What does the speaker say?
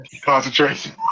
concentration